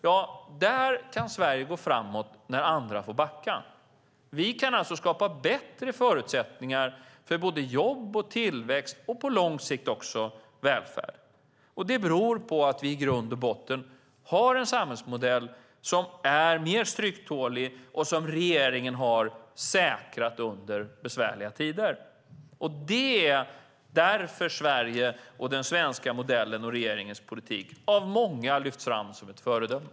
Ja, där kan Sverige gå framåt när andra får backa. Vi kan alltså skapa bättre förutsättningar för både jobb och tillväxt och på lång sikt också välfärd. Det beror på att vi i grund och botten har en samhällsmodell som är mer stryktålig och som regeringen har säkrat under besvärliga tider. Det är därför Sverige och den svenska modellen och regeringens politik av många lyfts fram som ett föredöme.